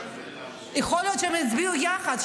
יכול להיות שהם הצביעו יחד,